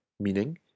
meaning